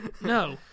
No